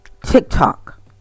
TikTok